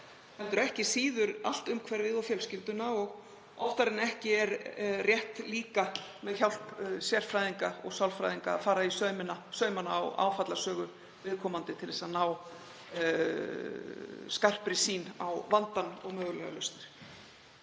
heldur ekki síður allt umhverfið og fjölskylduna. Oftar en ekki er rétt líka, með hjálp sérfræðinga og sálfræðinga, að fara í saumana á áfallasögu viðkomandi til að ná skarpri sýn á vandann og mögulegar lausnir.